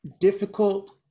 difficult